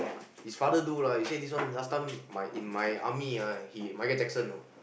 his father do lah he say this one last time my in my army ah he Michael-Jackson you know